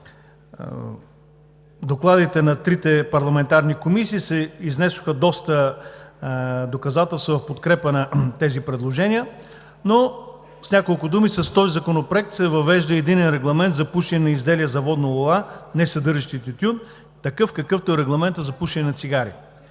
докладите на трите парламентарни комисии се изнесоха доста доказателства в подкрепа на тези предложения, но с няколко думи: с този законопроект се въвежда единен регламент за пушене на изделия за водна лула, несъдържащи тютюн, какъвто е регламентът за пушене на цигари.